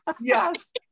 Yes